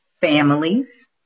families